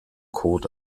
kot